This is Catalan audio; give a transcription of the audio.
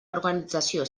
organització